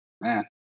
man